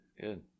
Good